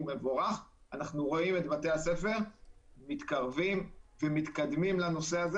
אנחנו רואים את בתי הספר מתקרבים ומתקדמים לנושא הזה